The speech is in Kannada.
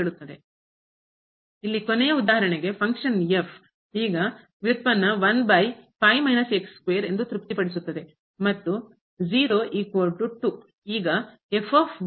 ಇಲ್ಲಿ ಕೊನೆಯ ಉದಾಹರಣೆಗೆ ಫಂಕ್ಷನ್ ಈಗ ವ್ಯುತ್ಪನ್ನ ಎಂದು ತೃಪ್ತಿಪಡಿಸುತ್ತದೆ ಮತ್ತು